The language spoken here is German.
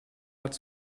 hat